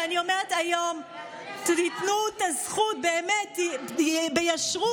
ואני אומרת היום, תנו את הזכות באמת, ביושר.